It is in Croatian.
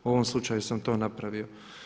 U ovom slučaju sam to napravio.